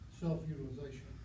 self-utilization